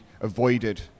avoided